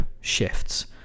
shifts